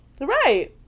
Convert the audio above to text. Right